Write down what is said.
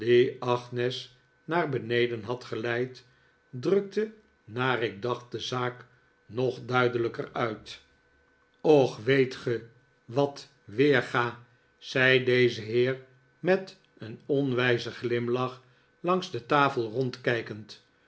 agnes naar beneden had geleid drukte naar ik dacht de'zaak nog duidelijker uit och weet ge wat weerga zei deze heer met een onwijzen glimlach langs de tafel rondkijkend